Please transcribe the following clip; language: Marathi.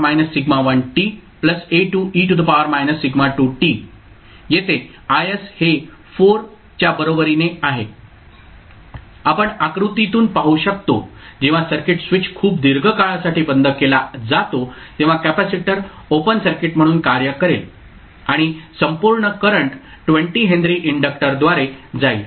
येथे Is हे 4 च्या बरोबरीने आहे आपण आकृतीतून पाहू शकतो जेव्हा सर्किट स्विच खूप दीर्घ काळासाठी बंद केला जातो तेव्हा कॅपेसिटर ओपन सर्किट म्हणून कार्य करेल आणि संपूर्ण करंट 20 हेनरी इंडक्टरद्वारे जाईल